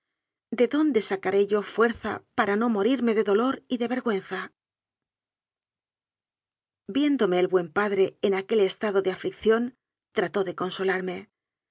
de dónde sacaré yo fuerza para no morirme de dolor y de vergüenza viéndome el buen padre en aquel estado de aflicción trató de consolarme